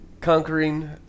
conquering